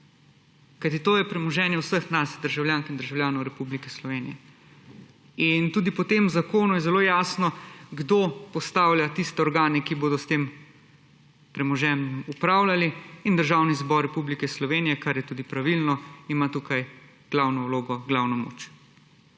kajti to je premoženje vseh nas državljank in državljanov Republike Slovenije. In tudi po tem zakonu je zelo jasno, kdo postavlja tiste organe, ki bodo s tem premoženjem upravljali. In Državni zbor Republike Slovenije, kar je tudi pravilno, ima tukaj glavno vlogo, glavno moč.